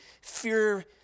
fear